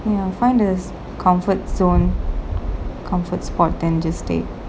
ya find a comfort zone comfort spot then just stay